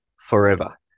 forever